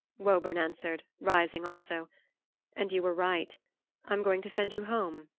woburn answered, rising also and you were right i'm going to send you home.